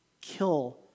kill